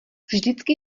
vždycky